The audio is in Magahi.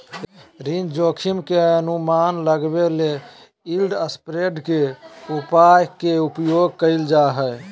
ऋण जोखिम के अनुमान लगबेले यिलड स्प्रेड के उपाय के उपयोग कइल जा हइ